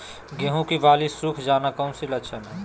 गेंहू की बाली सुख जाना कौन सी लक्षण है?